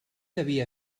devia